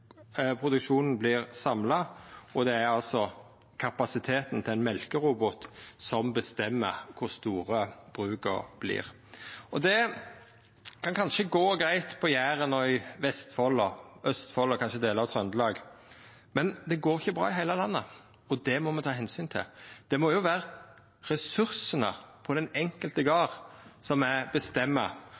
produksjonen vert samla, og det er altså kapasiteten til ein mjølkerobot som bestemmer kor store bruka vert. Det kan kanskje gå greitt på Jæren og i Vestfold, Østfold og delar av Trøndelag, men det går ikkje bra i heile landet, og det må me ta omsyn til. Det må jo vera ressursane på den enkelte garden som bestemmer